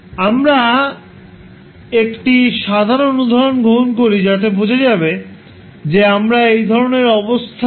আমরা একটি সাধারণ উদাহরণ গ্রহণ করি যাতে বোঝা যাবে যে আমরা এই ধরণের অবস্থার জন্য কিভাবে এগিয়ে যেতে পারি